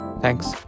Thanks